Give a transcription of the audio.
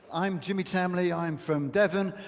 i'm jimmy tom lee. i'm from devon.